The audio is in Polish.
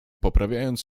poprawiając